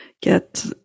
get